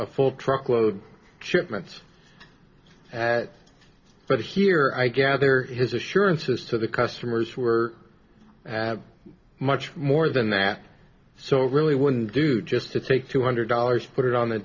a full truckload shipment but here i gather his assurances to the customers were much more than that so really wouldn't do just to take two hundred dollars put it on the